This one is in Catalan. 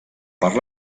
per